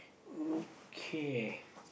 okay